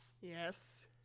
Yes